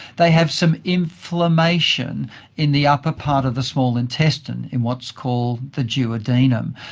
they have some inflammation in the upper part of the small intestinal in what's called the duodenum,